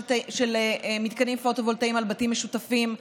מתקנים פוטו-וולטאיים על בתים משותפים.